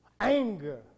Anger